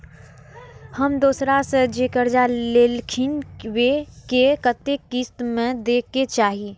हम दोसरा से जे कर्जा लेलखिन वे के कतेक किस्त में दे के चाही?